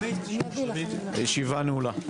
הישיבה נעולה.